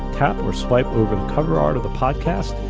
tap or swipe over the cover art of the podcast,